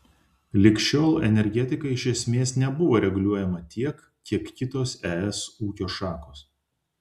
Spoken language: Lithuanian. lig šiol energetika iš esmės nebuvo reguliuojama tiek kiek kitos es ūkio šakos